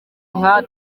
nka